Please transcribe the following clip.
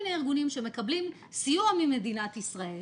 מיני ארגונים שמקבלים סיוע ממדינת ישראל